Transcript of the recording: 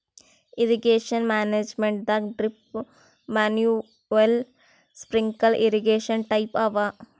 irrigation ಮ್ಯಾನೇಜ್ಮೆಂಟದಾಗ್ drip manual sprinkler irrigation type ಅವ